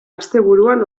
asteburuan